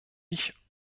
ich